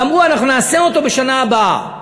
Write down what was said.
ואמרו: נעשה אותו בשנה הבאה.